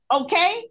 okay